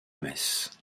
messe